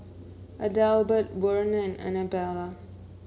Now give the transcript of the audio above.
Adelbert Werner and Anabella